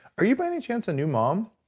are you by any chance a new mom?